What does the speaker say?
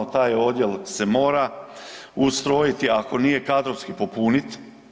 Taj odjel se mora ustrojiti ako nije kadrovski popunit.